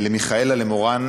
למיכאלה, למורן ולשלומי.